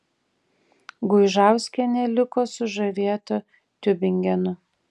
guižauskienė liko sužavėta tiubingenu